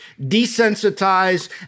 desensitize